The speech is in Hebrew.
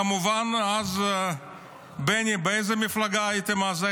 כמובן, בני, באיזו מפלגה הייתם אז?